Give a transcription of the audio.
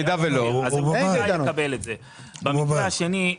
במקרה השני,